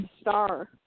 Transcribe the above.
star